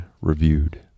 Reviewed